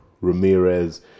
Ramirez